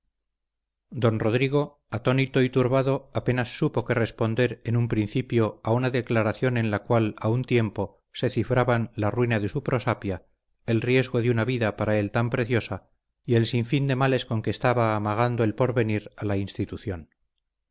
don rodrigo atónito y turbado apenas supo qué responder en un principio a una declaración en la cual a un tiempo se cifraban la ruina de su prosapia el riesgo de una vida para él tan preciosa y el sinfín de males con que estaba amagando el porvenir a la institución